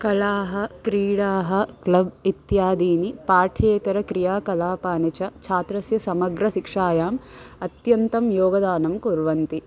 कलाः क्रीडाः क्लब् इत्यादीनि पाठ्येतरक्रिया कलापानि च छात्रस्य समग्रशिक्षायाम् अत्यन्तं योगदानं कुर्वन्ति